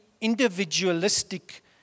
individualistic